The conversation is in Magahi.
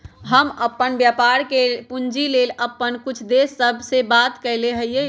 हम अप्पन व्यापार के पूंजी लेल अप्पन कुछ दोस सभ से बात कलियइ ह